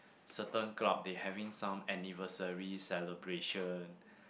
certain club they having some anniversary celebration